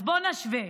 אז בואו נשווה: